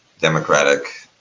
democratic